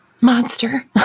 Monster